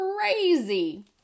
crazy